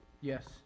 Yes